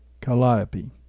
Calliope